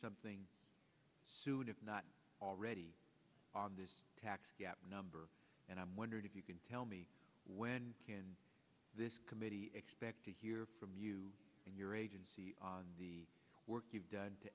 something soon if not already on this tax gap number and i'm wondering if you can tell me when can this committee expect to hear from you and your agency the work you've done to